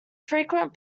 frequent